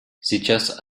сейчас